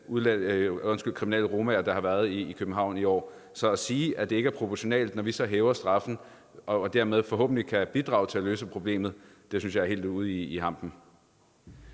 kriminelle romaer, der har været i København i år. Så at sige, at det ikke er proportionalt, når vi så hæver straffen og dermed forhåbentlig kan bidrage til at løse problemet, synes jeg er helt ude i hampen.